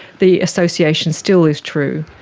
the association still is true.